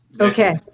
Okay